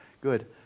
Good